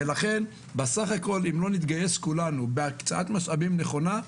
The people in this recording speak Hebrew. אם כולנו לא נתגייס בהקצאת משאבים נכונה,